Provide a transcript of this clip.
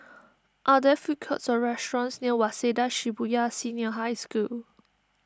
are there food courts or restaurants near Waseda Shibuya Senior High School